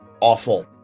awful